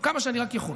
כמה שאני רק יכול.